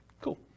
cool